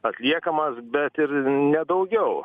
atliekamas bet ir ne daugiau